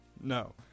No